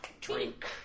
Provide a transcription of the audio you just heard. Drink